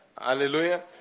Hallelujah